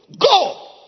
Go